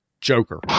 Joker